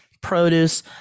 produce